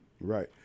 Right